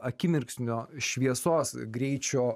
akimirksnio šviesos greičio